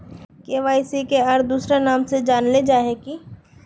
KYC के आर दोसरा नाम से जानले जाहा है की?